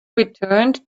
returned